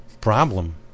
problem